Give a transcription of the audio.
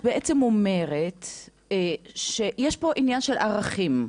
את בעצם אומרת שיש פה עניין של ערכים.